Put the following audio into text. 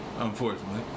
Unfortunately